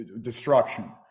destruction